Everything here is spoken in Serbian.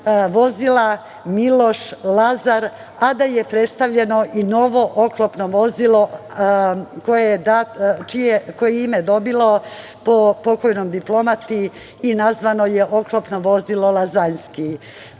vozila „Miloš“, „Lazar“, a da je predstavljeno i novo oklopno vozilo, koje je ime dobilo po pokojnom diplomati i nazvano je oklopno vozilo „Lazanski“.Time